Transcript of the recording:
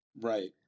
Right